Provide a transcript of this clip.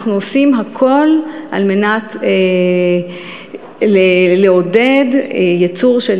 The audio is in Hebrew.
אנחנו עושים הכול על מנת לעודד ייצור של